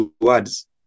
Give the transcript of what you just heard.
words